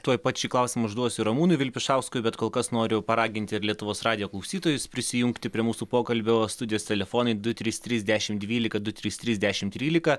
tuoj pat šį klausimą užduosiu ir ramūnui vilpišauskui bet kol kas noriu paraginti ir lietuvos radijo klausytojus prisijungti prie mūsų pokalbio studijos telefonai du trys trys dešim dvylika du trys trys dešim trylika